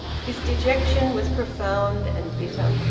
his dejection was profound and bitter.